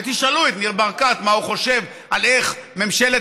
תשאלו את ניר ברקת מה הוא חושב על איך ממשלת